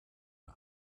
one